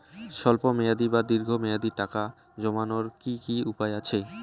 স্বল্প মেয়াদি বা দীর্ঘ মেয়াদি টাকা জমানোর কি কি উপায় আছে?